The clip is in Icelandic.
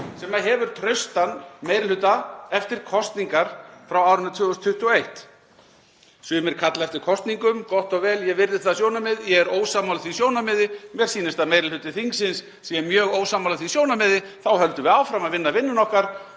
sem hefur traustan meiri hluta eftir kosningar frá árinu 2021. Sumir kalla eftir kosningum. Gott og vel, ég virði það sjónarmið. Ég er ósammála því sjónarmiði og mér sýnist að meiri hluti þingsins sé mjög ósammála því. Þá höldum við áfram að vinna vinnuna okkar